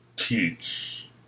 teach